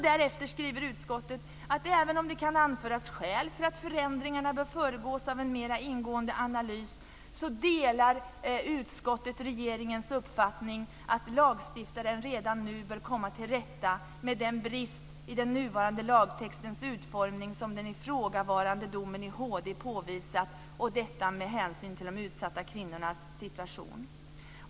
Därefter skriver utskottet att även om det kan anföras skäl för att förändringarna bör föregås av en mera ingående analys delar utskottet regeringens uppfattning att lagstiftaren redan nu bör komma till rätta med den brist i den nuvarande lagtextens utformning som den ifrågavarande domen i HD påvisat, detta med hänsyn till de utsatta kvinnornas situation.